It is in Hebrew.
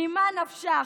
ממה נפשך?